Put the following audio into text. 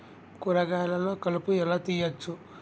కూరగాయలలో కలుపు ఎలా తీయచ్చు?